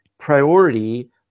priority